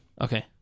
Okay